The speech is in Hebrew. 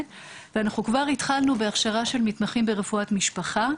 ואנחנו וכבר התחלנו בהכשרה של מתמחים ברפואת משפחה,